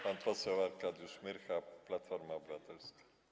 Pan poseł Arkadiusz Myrcha, Platforma Obywatelska.